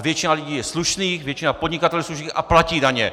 Většina lidí je slušných, většina podnikatelů je slušných a platí daně!